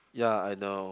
ya I know